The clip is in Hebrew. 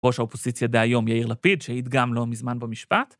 ראש האופוזיציה דהיום יאיר לפיד, שהעיד לא מזמן במשפט?